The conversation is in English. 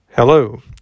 Hello